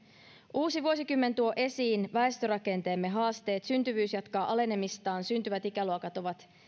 uusi vuosikymmen tuo esiin väestörakenteemme haasteet syntyvyys jatkaa alenemistaan syntyvät ikäluokat ovat